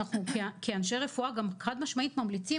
אנחנו כאנשי רפואה חד משמעית ממליצים